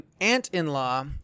aunt-in-law